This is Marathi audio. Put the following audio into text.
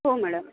हो मॅडम